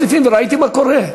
ירדתי לתוך הסניפים וראיתי מה קורה.